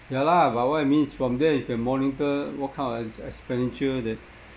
ya lah but what I mean is from there you can monitor what kind of ex~ expenditure that